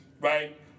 right